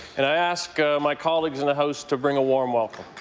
and i ask my colleagues in the house to bring a warm welcome.